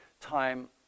time